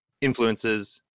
influences